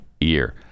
year